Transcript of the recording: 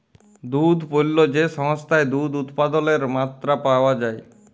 দুহুদ পল্য যে সংস্থায় দুহুদ উৎপাদলের মাত্রা পাউয়া যায়